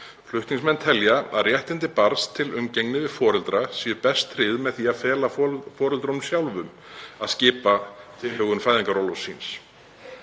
Flutningsmenn telja að réttindi barns til umgengni við foreldra séu best tryggð með því að fela foreldrum sjálfum að skipa tilhögun fæðingarorlofs síns.